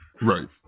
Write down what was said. Right